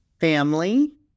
Family